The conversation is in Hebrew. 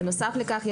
בנוסף לכך,